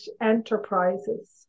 enterprises